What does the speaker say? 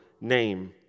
name